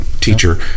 teacher